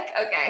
okay